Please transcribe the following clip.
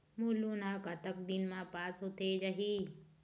मोर loan हा कतक दिन मा पास होथे जाही?